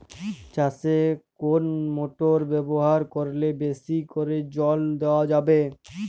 চাষে কোন মোটর ব্যবহার করলে বেশী করে জল দেওয়া যাবে?